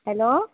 hello